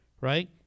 right